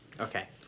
Okay